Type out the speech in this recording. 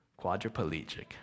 quadriplegic